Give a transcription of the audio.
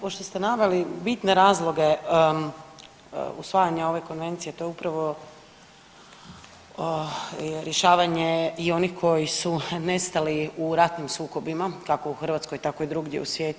Pošto ste naveli bitne razloge usvajanja ove Konvencije to je upravo rješavanje i onih koji su nestali u ratnim sukobima kako u Hrvatskoj, tako i drugdje u svijetu.